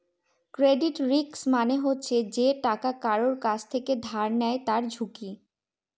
credit risk মানে হচ্ছে যে টাকা কারুর কাছ থেকে ধার নেয় তার ঝুঁকি